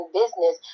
business